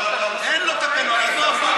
עזוב.